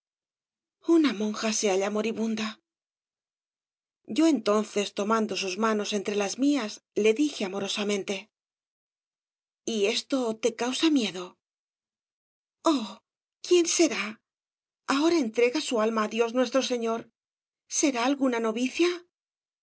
juna monja se halla moribunda yo entonces tomando sus manos entre las mías le dije amorosamente tes obras de valle inclan y esto te causa miedo oh quién será ahora entrega su alma á dios nuestro señor será alguna novicia